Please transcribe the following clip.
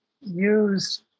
Use